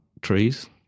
trees